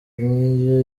nkiyo